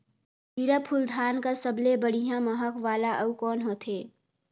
जीराफुल धान कस सबले बढ़िया महक वाला अउ कोन होथै?